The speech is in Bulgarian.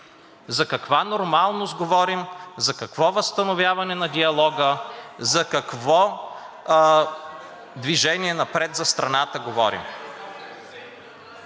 За каква нормалност говорим, за какво възстановяване на диалога, за какво движение напред на страната говорим?